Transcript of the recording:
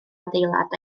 adeilad